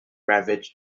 ravaged